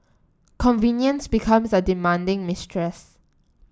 convenience becomes a demanding mistress